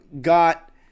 got